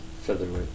Featherweight